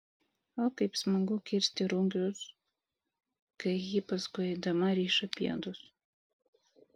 o kaip smagu kirsti rugius kai ji paskui eidama riša pėdus